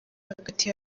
hagati